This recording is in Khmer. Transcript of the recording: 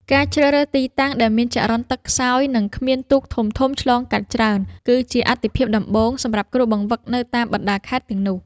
ការជ្រើសរើសទីតាំងដែលមានចរន្តទឹកខ្សោយ និងគ្មានទូកធំៗឆ្លងកាត់ច្រើន គឺជាអាទិភាពដំបូងសម្រាប់គ្រូបង្វឹកនៅតាមបណ្ដាខេត្តទាំងនោះ។